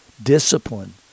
discipline